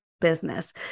business